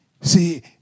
see